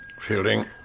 Fielding